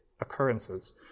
occurrences